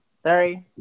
Sorry